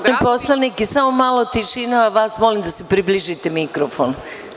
Molim poslanike za malo tišine, a vas molim da se približite mikrofonu.